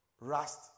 rust